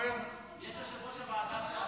שלוש דקות.